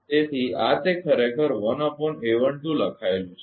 તેથી આ તે ખરેખર લખાયેલું છે